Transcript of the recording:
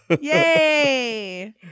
Yay